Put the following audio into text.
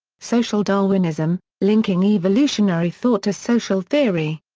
social darwinism linking evolutionary thought to social theory.